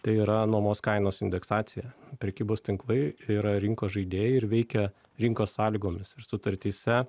tai yra nuomos kainos indeksacija prekybos tinklai yra rinkos žaidėjai ir veikia rinkos sąlygomis ir sutartyse